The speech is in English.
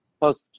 post